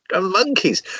monkeys